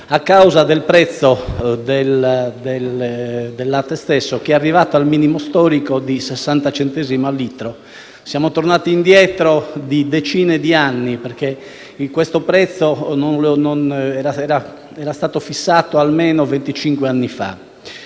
a causa del prezzo del latte stesso che è arrivato al minimo storico di 60 centesimi al litro. Siamo tornati indietro di decine di anni perché questo prezzo era stato fissato almeno venticinque